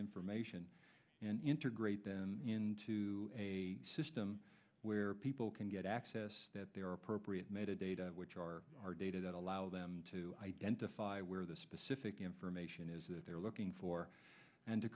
information and interger ate them into a system where people can get access that there are appropriate method data which are our data that allow them to identify where the specific information is that they're looking for and to